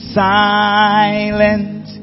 silent